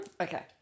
okay